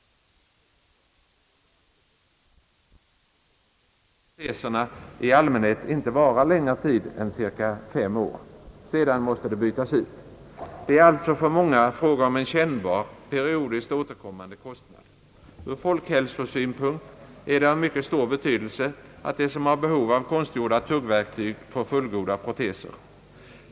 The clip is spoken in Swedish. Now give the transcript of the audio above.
Därtill kommer att de vanligaste proteserna i allmänhet inte varar längre tid än cirka fem år. Sedan måste de bytas ut. Det är alltså för många fråga om en kännbar periodiskt återkommande kostnad. Ur folkhälsosynpunkt är det av mycket stor betydelse, att de som har behov av konstgjorda tuggverktyg får fullgoda proteser.